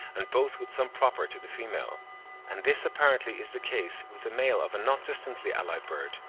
and both with some proper to the female and this apparently is the case with the male of a not distantly-allied bird,